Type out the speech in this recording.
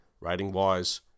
rating-wise